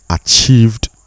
achieved